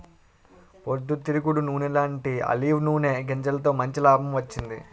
పొద్దు తిరుగుడు నూనెలాంటీ ఆలివ్ నూనె గింజలతో మంచి లాభం వచ్చింది